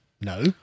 No